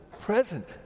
present